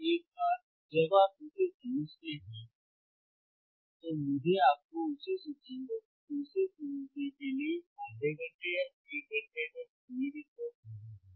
और एक बार जब आप इसे समझ जाते हैं तो मुझे आपको उसी सिद्धांत को फिर से समझने के लिए आधे घंटे या एक घंटे तक बोलने की ज़रूरत नहीं है